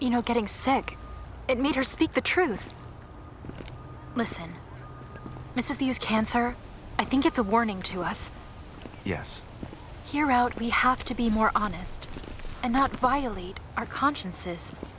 you know getting sec it made her speak the truth listen this is the is cancer i think it's a warning to us yes here out we have to be more honest and not violate our conscience